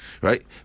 right